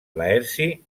laerci